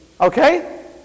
okay